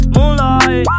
Moonlight